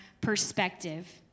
perspective